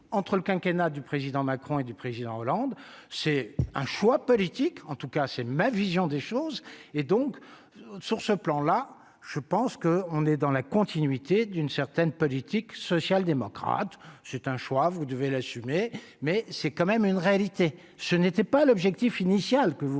entre le quinquennat du président Macron et du président Hollande c'est un choix politique, en tout cas c'est ma vision des choses, et donc sur ce plan là, je pense que on est dans la continuité d'une certaine politique social-démocrate, c'est un choix, vous devez l'assumer, mais c'est quand même une réalité, ce n'était pas l'objectif initial que vous